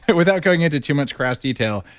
but without going into too much crass detail,